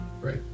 Right